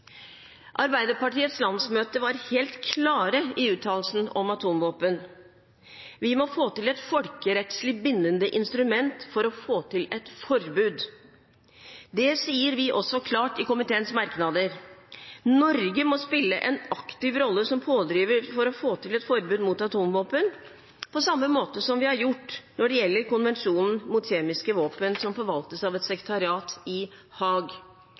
Arbeiderpartiets landsmøte var helt klare i uttalelsen om atomvåpen: Vi må få til et folkerettslig bindende instrument for å få til et forbud. Det sier vi også klart i komiteens merknader. Norge må spille en aktiv rolle som pådriver for å få til et forbud mot atomvåpen på samme måte som vi har gjort når det gjelder konvensjonen om forbud mot kjemiske våpen, som forvaltes av et sekretariat i